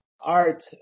art